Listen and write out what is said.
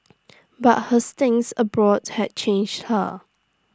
but her stints abroad had changed her